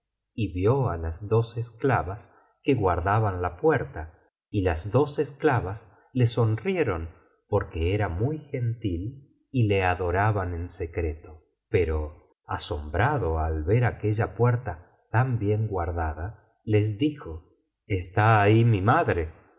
y vio á las dos esclavas que guardaban la puerta y las dos esclavas le sonrieron porqué era muy gentil y le adoraban en secreto pero asombrado al ver aquella puerta tan bien guardada les dijo está ahí mi madre